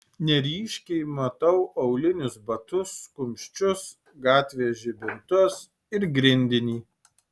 neryškiai matau aulinius batus kumščius gatvės žibintus ir grindinį